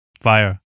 fire